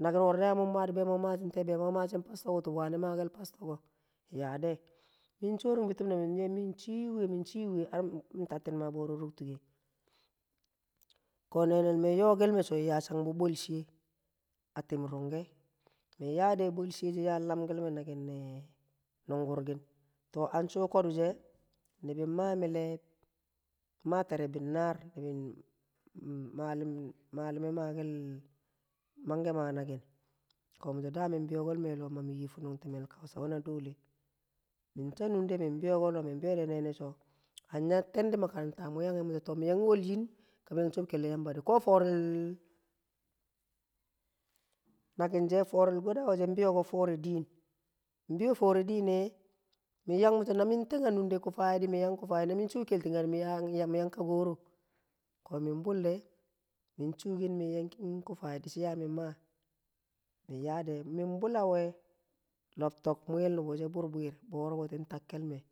nakin woro na mung maa di be mu yang maa pastor ko? wutub wani maa pastor? nyade min kenin butil me min shii wuye min chi wuye har ntatin ma boro nuktuke. Ko nenel me yokel me sho, nya dang bi bol shiye atin rungke min yaa de bolshiye yang lamkel me nakin nungurkin to ang shu kodu she nibi maa mile maa tere binnar min ma- ma- malume, malume manke maa nakin mi sho dangke min yang ne a lo mami yi a funning a timel kausa we̱ na dole̱ min ta nunde min biyoke a lo nene sho tendi makaranta mu yangke misho mi yang wol yin kan wal kelle yamba di. Ko forel nakin ne forel godawa she, nbiyoko fore din nbiyo fore dine, min yang misho na min tang a nunde kufai di mi yang kufai. na min chuu a keltinga di miyang Kagoro, ko min bul che min chuukin min yang kufai dishi ya min maka min yade dishi ya mun man min bula weh lobtok muyel nubushe bwir bwir buti takkel me